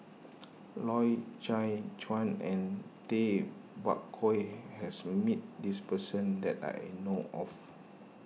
Loy Chye Chuan and Tay Bak Koi has met this person that I know of